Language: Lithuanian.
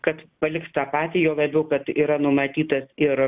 kad paliks tą patį juo labiau kad yra numatytas ir